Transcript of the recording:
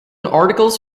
articles